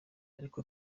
ariko